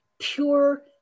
pure